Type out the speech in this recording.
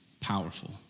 powerful